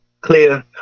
Clear